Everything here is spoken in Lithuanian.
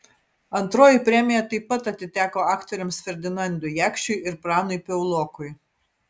antroji premija taip pat atiteko aktoriams ferdinandui jakšiui ir pranui piaulokui